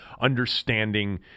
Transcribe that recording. understanding